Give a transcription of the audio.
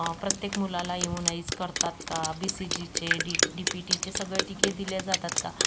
प्रत्येक मुलाला इमोनाईज करतात का बी सी जीचे डी डी पी टीचे सगळे टिके दिले जातात का